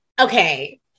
okay